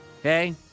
Okay